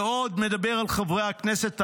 ועוד מדבר על חברי הכנסת האחרים,